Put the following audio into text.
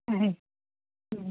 আহে